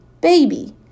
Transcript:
baby